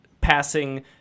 passing